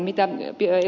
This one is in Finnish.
mitä ed